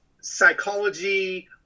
psychology